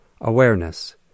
awareness